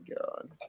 God